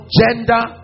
gender